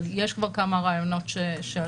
אבל יש כבר כמה רעיונות שעלו,